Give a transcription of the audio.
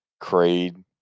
Creed